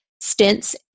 stints